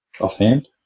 offhand